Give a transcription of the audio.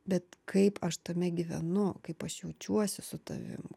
bet kaip aš tame gyvenu kaip aš jaučiuosi su tavim